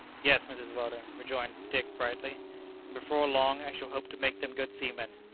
yes, mrs. weldon, rejoined dick brightly and before long i shall hope to make them good seamen.